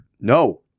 No